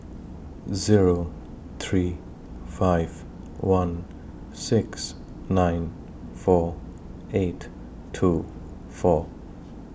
Zero three five one six nine four eight two four